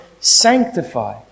sanctify